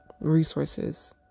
resources